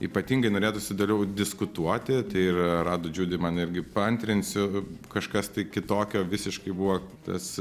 ypatingai norėtųsi toliau diskutuoti ir radu džiudi man irgi paantrinsiu kažkas tai kitokio visiškai buvo tas